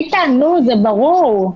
איתן, נו, זה ברור.